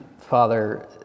Father